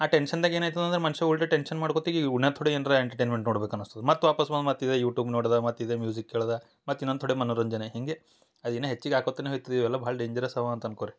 ಆ ಟೆನ್ಶನ್ದಾಗ ಏನು ಆಯ್ತದ ಅಂದ್ರ ಮನುಷ್ಯ ಒಟ್ಟು ಟೆನ್ಷನ್ ಮಾಡ್ಕೊತ್ತಿಗೆ ಉಣ್ಣದ ಥೋಡೆ ಏನ್ರ ಎಂಟರ್ಟೈನ್ಮೆಂಟ್ ನೋಡ್ಬೇಕು ಅನ್ನಸ್ತದ ಮತ್ತೆ ವಾಪಾಸ್ ಫೋನ್ ಮತ್ತೆ ಇದೆ ಯೂಟೂಬ್ ನೋಡ್ದ ಮತ್ತೆ ಇದೆ ಮ್ಯೂಸಿಕ್ ಕೇಳ್ದ ಮತ್ತೆ ಇನ್ನೊಂದು ತೋಡೆ ಮನರಂಜನೆ ಹೀಗೆ ಅದು ಇನ್ನ ಹೆಚ್ಚಿಗೆ ಆಕೋತನೇ ಹೋಯ್ತದ ಇವೆಲ್ಲಾ ಭಾಳ ಡೇಂಜರಸ್ ಅವಾ ಅಂತ ಅನ್ಕೊರಿ